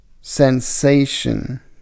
sensation